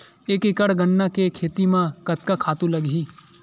एक एकड़ गन्ना के खेती म कतका खातु लगही?